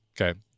Okay